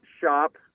shop